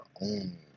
own